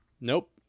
Nope